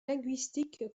linguistique